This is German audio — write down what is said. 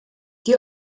die